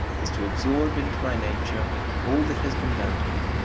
is to absorb into my nature all that has been done to me,